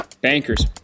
bankers